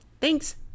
thanks